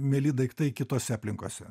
mieli daiktai kitose aplinkose